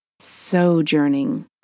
Sojourning